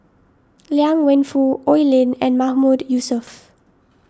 Liang Wenfu Oi Lin and Mahmood Yusof